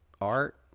art